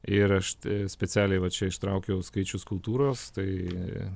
ir aš specialiai va čia ištraukiau skaičius kultūros tai